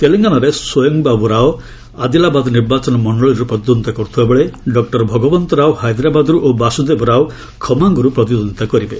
ତେଲଙ୍ଗାନାରେ ସ୍ୱୟଂ ବାବୁ ରାଓ ଆଦିଲାବାଦ୍ ନିର୍ବାଚନ ମଣ୍ଡଳୀରୁ ପ୍ରତିଦ୍ୱନ୍ଦ୍ୱିତା କରୁଥିଲାବେଳେ ଡକ୍କର ଭଗବନ୍ତ ରାଓ ହାଇଦ୍ରାବାଦରୁ ଓ ବାସୁଦେବ ରାଓ ଖମାଙ୍ଗ୍ରୁ ପ୍ରତିଦ୍ୱନ୍ଦ୍ୱିତା କରିବେ